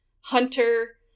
Hunter